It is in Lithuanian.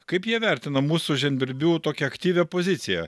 kaip jie vertina mūsų žemdirbių tokią aktyvią poziciją